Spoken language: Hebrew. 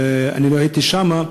אני לא הייתי שם,